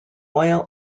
oil